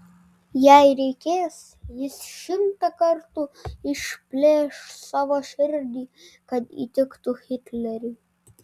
jei reikės jis šimtą kartų išplėš savo širdį kad įtiktų hitleriui